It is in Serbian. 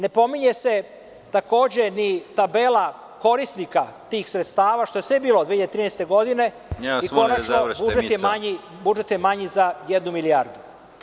Ne pominje se takođe ni tabela korisnika tih sredstava, što je sve bilo 2013. godine i, konačno, budžet je manji za jednu milijardu.